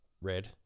red